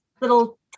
little